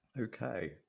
Okay